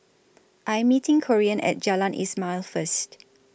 I'm meeting Corean At Jalan Ismail First